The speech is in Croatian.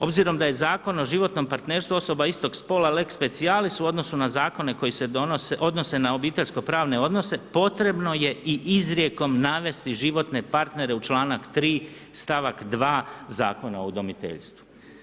Obzirom da je Zakon o životnom partnerstvu osoba istog spola lex specialis u odnosu na zakone koji se odnose na obiteljsko-pravno odnose, potrebno je i izrijekom navesti životne partnere u članak 3. stavak 2. Zakona o udomiteljstvu.